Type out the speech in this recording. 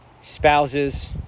spouses